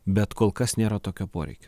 bet kol kas nėra tokio poreikio